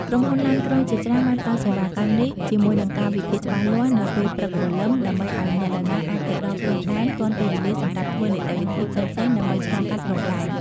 ក្រុមហ៊ុនឡានក្រុងជាច្រើនបានផ្តល់សេវាកម្មនេះជាមួយនឹងកាលវិភាគច្បាស់លាស់នៅពេលព្រឹកព្រលឹម ដើម្បីឱ្យអ្នកដំណើរអាចទៅដល់ព្រំដែនទាន់ពេលវេលាសម្រាប់ធ្វើនីតិវិធីផ្សេងៗដើម្បីឆ្លងកាត់ព្រំដែន។